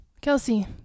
Kelsey